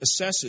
assesses